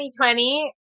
2020